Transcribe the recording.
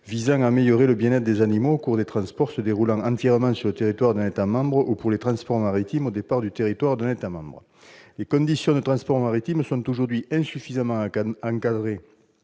visant à améliorer le bien-être des animaux au cours des transports se déroulant entièrement sur le territoire d'un État membre ou pour les transports maritimes au départ du territoire d'un État membre ». Les conditions de transport maritime sont aujourd'hui insuffisamment encadrées